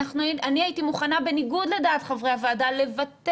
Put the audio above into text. אני הייתי מוכנה בניגוד לדעת חברי הוועדה לוותר